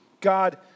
God